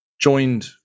joined